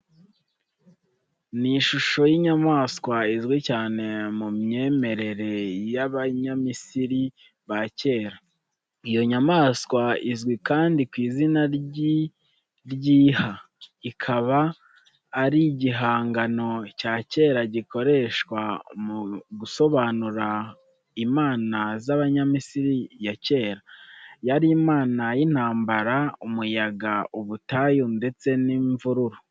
Ni ishusho y'inyamaswa izwi cyane mu myemerere y’abanyamisiri ba kera iyo nyamaswa izwi kandi ku izina ry'iha ikaba ari igihangano cya kera gikoreshwa mu gusobanura imana z'abanyamisiri ya kera. Yari imana y’intambara, umuyaga, ubutayu, ndetse n’imvururu.